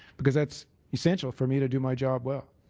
because that's essentially for me to do my job well,